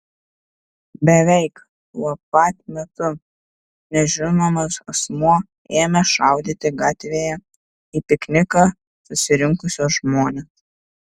beveik tuo pat metu nežinomas asmuo ėmė šaudyti gatvėje į pikniką susirinkusius žmones